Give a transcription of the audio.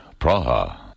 Praha